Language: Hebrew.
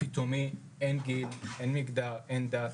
פתאומי אין גיל, אין מגדר, אין דת,